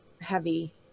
heavy